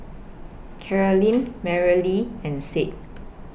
Carolyne Merrilee and Sid